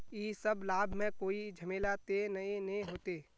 इ सब लाभ में कोई झमेला ते नय ने होते?